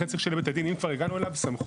לכן, צריך שלבית הדין תהיה סמכות